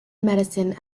medicine